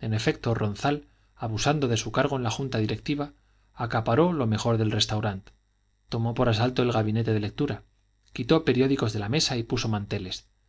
en efecto ronzal abusando de su cargo en la junta directiva acaparó lo mejor del restaurant tomó por asalto el gabinete de lectura quitó periódicos de la mesa y puso manteles